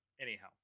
Anyhow